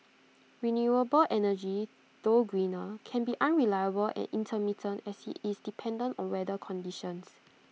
renewable energy though greener can be unreliable and intermittent as IT is dependent on weather conditions